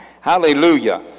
Hallelujah